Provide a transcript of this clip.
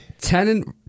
Tenant